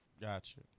Gotcha